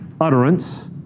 utterance